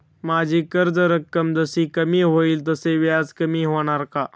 माझी कर्ज रक्कम जशी कमी होईल तसे व्याज कमी होणार का?